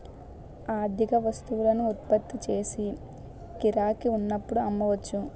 అధిక వస్తువులను ఉత్పత్తి చేసి గిరాకీ ఉన్నప్పుడు అమ్మవచ్చు